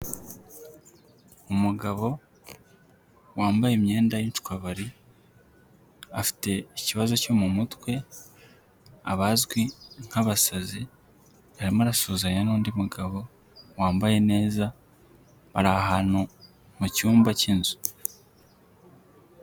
Umugabo wambaye imyenda y'incwabari afite ikibazo cyo mu mutwe abazwi nk'abasazi arimo arasuhuzanya n'undi mugabo wambaye neza bari ahantu mucyumba cy'inzu.